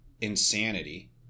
insanity